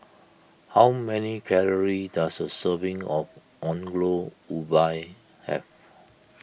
how many calories does a serving of Ongol Ubi have